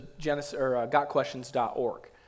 gotquestions.org